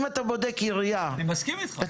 אני מסכים איתך.